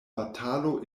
batalo